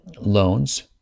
loans